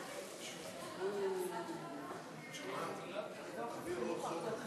ההצעה להעביר את הצעת